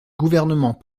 gouvernement